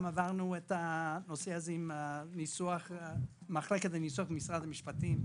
גם עברנו את זה עם מחלקת הניסוח עם משרד המשפטים,